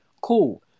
cool